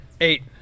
Eight